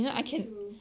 true true